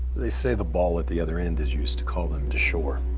they say the ball at the other end is used to call them to shore.